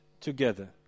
together